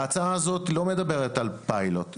ההצעה הזאת לא מדברת על פיילוט,